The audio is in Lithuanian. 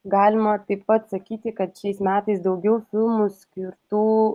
galima taip pat sakyti kad šiais metais daugiau filmų skirtų